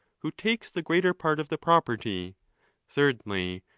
who takes the greater part of the property thirdly,